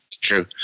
true